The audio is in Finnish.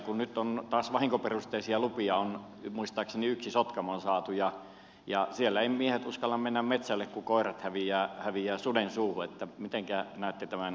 kun nyt on taas vahinkoperusteisia lupia muistaakseni yksi sotkamoon saatu ja siellä eivät miehet uskalla mennä metsälle kun koirat häviävät suden suuhun niin mitenkä näette tämän kannanhoitosuunnitelman etenevän